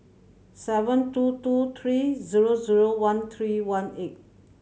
seven two two three zero zero one three one eight